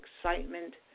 excitement